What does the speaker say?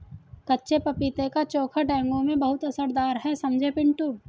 कच्चे पपीते का चोखा डेंगू में बहुत असरदार है समझे पिंटू